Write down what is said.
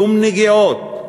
שום נגיעות,